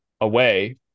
away